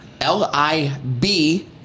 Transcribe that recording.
L-I-B